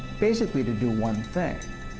basically to do one thing.